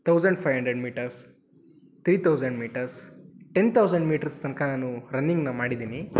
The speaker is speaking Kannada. thousand five hundred metres three thousand metres ten thousand metres ತನಕ ನಾನು ರನ್ನಿಂಗನ್ನ ಮಾಡಿದ್ದೀನಿ